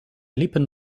liepen